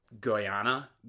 Guyana